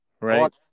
right